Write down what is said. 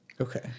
Okay